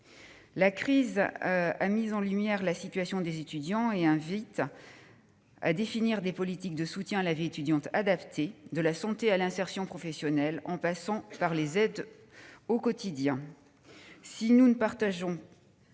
La crise a mis en lumière la situation des étudiants et invite à définir des politiques de soutien à la vie étudiante adaptées : de la santé à l'insertion professionnelle, en passant par les aides du quotidien.